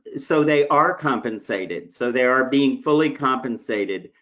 so they are compensated. so they are being fully compensated.